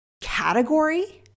category